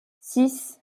six